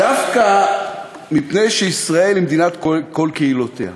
דווקא מפני שישראל היא מדינת כל קהילותיה,